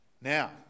Now